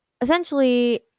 essentially